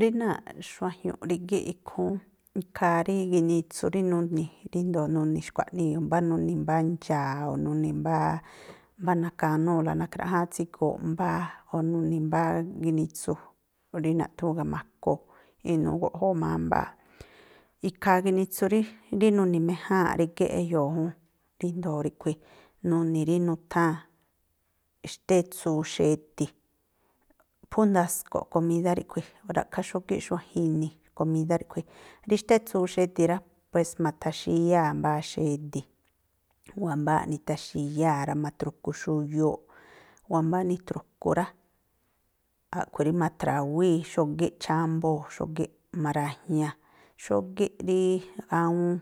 Rí náa̱ꞌ xuajiu̱nꞌ rígíꞌ ikhúún, ikhaa rí ginitsu rí nuni̱ ríndo̱o nuni̱ xkua̱ꞌnii, mbá nuni̱ mbá ndxaa̱ o̱ nuni̱ mbá na̱ka̱núu̱la nakhráꞌjáán tsiguuꞌ mbáá, o̱ nuni̱ mbá ginitsu rí naꞌthúún gamaku, inuu guꞌjóó mámbaa. Ikhaa ginitsu rí rí nuni̱méjáa̱nꞌ rígíꞌ e̱yo̱o̱ jún, ríjndo̱o ríꞌkhui̱ nuni̱ rí nutháa̱n xtétsuu xedi̱. Phú ndasko̱ꞌ komídá ríꞌkhui̱, ra̱ꞌkhááꞌ xógíꞌ xuajin ini̱ komídá ríꞌkhui̱. Rí xtétsuu xedi̱ rá, pues ma̱tha̱xíyáa̱ mbáá xedi̱, wámbáa̱ꞌ nithaxíyáa̱ rá, ma̱thru̱ku xuyuu̱ꞌ, wámbá nithru̱ku rá, a̱ꞌkhui̱ rí ma̱thrawíí xógíꞌ chámbóo̱ xógíꞌ, ma̱ra̱jña̱ xógí rí awúún,